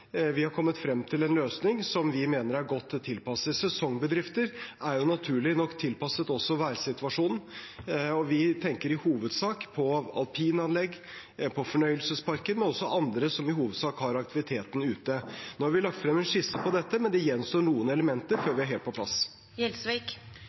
Vi har kommet frem til en løsning som vi mener er godt tilpasset. Sesongbedrifter er jo naturlig nok tilpasset også værsituasjonen, og vi tenker i hovedsak på alpinanlegg og på fornøyelsesparker, men også andre som i hovedsak har aktiviteten ute. Nå har vi lagt frem en skisse på dette, men det gjenstår noen elementer før